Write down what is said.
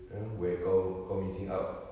you know where kau kau missing out